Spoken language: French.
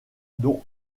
dont